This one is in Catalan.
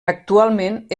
actualment